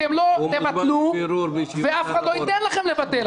אתם לא תבטלו ואף אחד לא ייתן לכם לבטל.